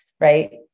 right